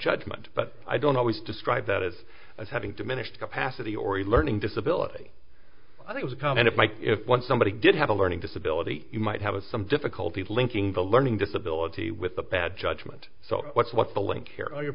judgment but i don't always describe that as having diminished capacity or a learning disability i think to come and it might if once somebody did have a learning disability you might have some difficulty linking the learning disability with the bad judgement so what's what's the link here are your